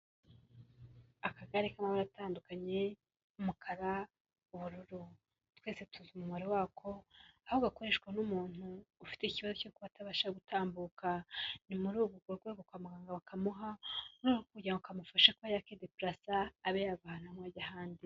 Akagari karatandukanye n'umukara ubururu twese tuzi umubare wako ahubwo akoreshwa n'umuntu ufite